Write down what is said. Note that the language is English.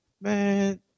Man